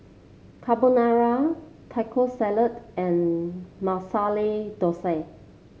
Carbonara Taco Salad and Masala Dosa